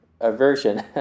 aversion